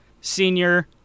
senior